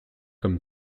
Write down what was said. comme